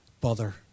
bother